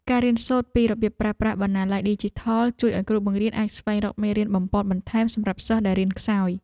ការរៀនសូត្រពីរបៀបប្រើប្រាស់បណ្ណាល័យឌីជីថលជួយឱ្យគ្រូបង្រៀនអាចស្វែងរកមេរៀនបំប៉នបន្ថែមសម្រាប់សិស្សដែលរៀនខ្សោយ។